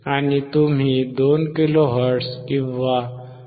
आणि तुम्ही 2 kilo hertz किंवा 2